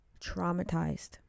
traumatized